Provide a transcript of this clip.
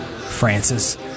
Francis